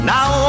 Now